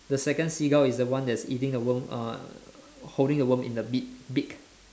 the second seagull is the one that's eating the worm uh holding the worm in the beak beak